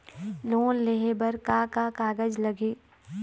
Loan लेहे बर का का कागज लगही?